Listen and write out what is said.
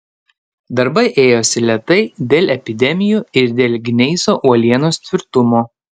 darbai ėjosi lėtai dėl epidemijų ir dėl gneiso uolienos tvirtumo